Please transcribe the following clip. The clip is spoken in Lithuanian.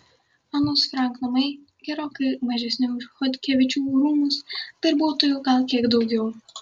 anos frank namai gerokai mažesni už chodkevičių rūmus darbuotojų gal kiek daugiau